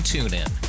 TuneIn